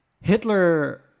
Hitler